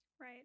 right